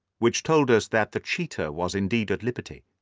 which told us that the cheetah was indeed at liberty.